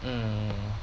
um